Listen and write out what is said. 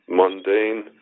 mundane